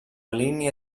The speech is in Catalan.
línia